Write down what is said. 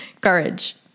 Courage